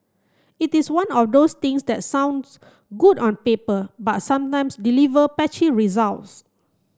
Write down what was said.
it is one of those things that sounds good on paper but sometimes deliver patchy results